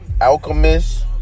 Alchemist